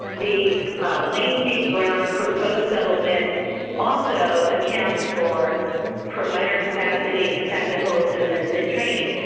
the lane v. brown proposed settlement also accounts for provider capacity and technical assistance in training.